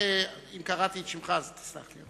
אם קראתי את שמך, תסלח לי.